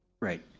right.